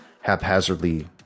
haphazardly